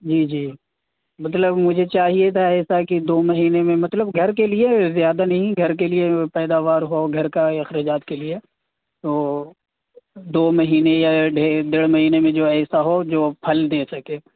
جی جی مطلب مجھے چاہیے تھا ایسا کہ دو مہینے میں مطلب گھر کے لیے زیادہ نہیں گھر کے لیے پیداوار ہو گھر کا اخراجات کے لیے تو دو مہینے یا ڈے ڈیڑھ مہینے میں جو ایسا ہو جو پھل دے سکے